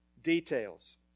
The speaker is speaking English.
details